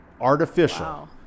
artificial